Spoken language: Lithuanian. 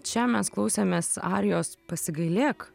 čia mes klausėmės arijos pasigailėk